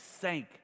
sank